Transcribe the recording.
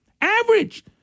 Average